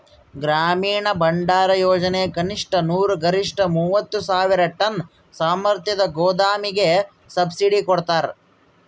ಗ್ರಾಮೀಣ ಭಂಡಾರಯೋಜನೆ ಕನಿಷ್ಠ ನೂರು ಗರಿಷ್ಠ ಮೂವತ್ತು ಸಾವಿರ ಟನ್ ಸಾಮರ್ಥ್ಯದ ಗೋದಾಮಿಗೆ ಸಬ್ಸಿಡಿ ಕೊಡ್ತಾರ